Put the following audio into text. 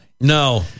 No